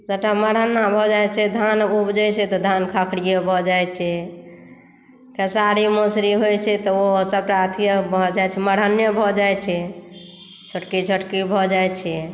सभटा मरहन्ना भऽ जाइ छै धान उपजै छै तऽ धान खाखरिय भऽ जाय छै खेसारी मौसरी होइ छै तऽ ओ सभटा अथीय भऽ जाई छै मरहन्ने भऽ जाय छै छोटकी छोटकी भऽ जाइ छै